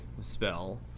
spell